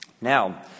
Now